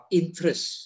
interest